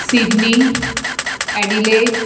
Sydney Adelaide